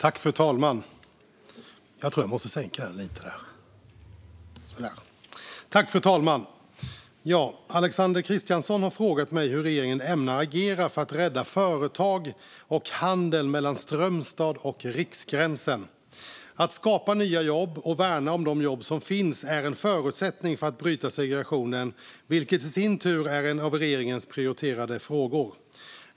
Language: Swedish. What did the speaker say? Svar på interpellationer Fru talman! Alexander Christiansson har frågat mig hur regeringen ämnar agera för att rädda företag och handeln mellan Strömstad och riksgränsen. Att skapa nya jobb och värna om de jobb som finns är en förutsättning för att bryta segregationen, vilket i sin tur är en av regeringens prioriterade frågor.